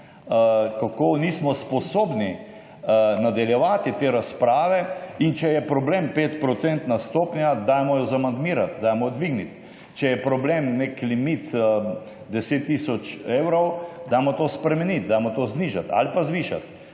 kako nismo sposobni nadaljevati te razprave. In če je problem 5-procentna stopnja, jo dajmo amandmirati, dajmo dvigniti. Če je problem limit 10 tisoč evrov, dajmo to spremeniti, dajmo to znižati ali pa zvišati.